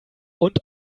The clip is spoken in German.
und